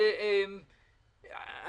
אני